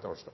det